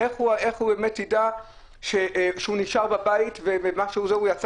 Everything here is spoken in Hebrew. איך הוא באמת ידע שהוא נשאר בבית או שהוא יצא